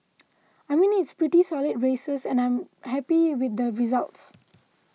I mean it's pretty solid races and I'm happy with the results